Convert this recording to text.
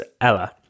Ella